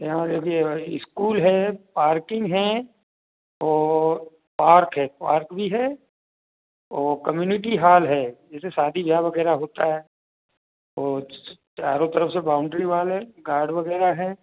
यहाँ देखिए भाई इस्कूल है पार्किंग है और पार्क है पार्क भी है और कम्युनिटी हॉल है जैसे शादी विवाह वग़ैरह होता है और चारों तरफ़ से बाउंड्री वाल है गार्ड वग़ैरह है